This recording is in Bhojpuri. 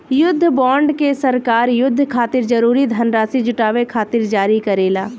युद्ध बॉन्ड के सरकार युद्ध खातिर जरूरी धनराशि जुटावे खातिर जारी करेला